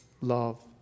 Love